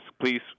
Please